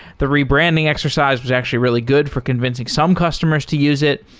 the rebranding exercise was actually really good for convincing some customers to use it.